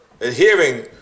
adhering